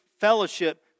fellowship